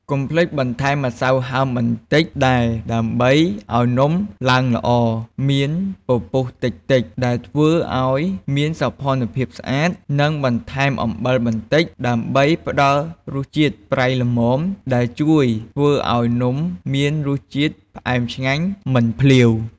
កុំភ្លេចបន្ថែមម្សៅហើមបន្តិចដែរ ដើម្បីឱ្យនំឡើងល្អ មានពពុះតិចៗដែលធ្វើឱ្យមានសោភ័ណភាពស្អាត និងបន្ថែមអំបិលបន្តិច ដើម្បីផ្តល់រសជាតិប្រៃល្មម ដែលជួយធ្វើឱ្យនំមានរសជាតិផ្អែមឆ្ងាញ់ មិនភ្លាវ។